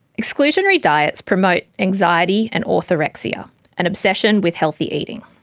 exclusionary diets promote anxiety and orthorexia an obsession with healthy eating.